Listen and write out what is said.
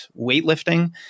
weightlifting